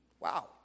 Wow